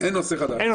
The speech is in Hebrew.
אין נושא חדש,